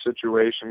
situation